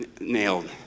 nailed